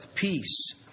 peace